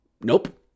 nope